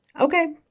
Okay